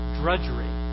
drudgery